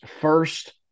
first